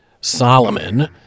Solomon